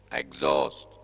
exhaust